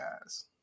guys